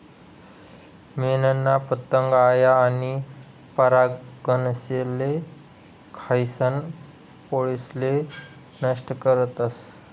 मेनना पतंग आया आनी परागकनेसले खायीसन पोळेसले नष्ट करतस